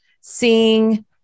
seeing